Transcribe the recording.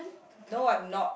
no I'm not